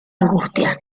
angustia